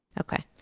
Okay